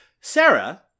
Sarah